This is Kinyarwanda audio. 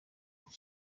uko